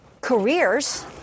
careers